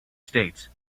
states